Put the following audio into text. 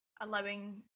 allowing